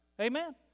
Amen